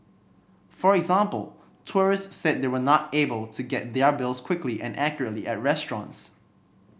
for example tourists said they were not able to get their bills quickly and accurately at restaurants